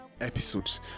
episodes